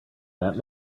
that